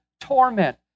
torment